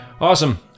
awesome